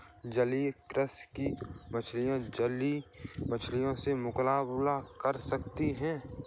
जलीय कृषि की मछलियां जंगली मछलियों से मुकाबला कर सकती हैं